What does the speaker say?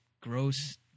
gross